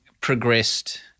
progressed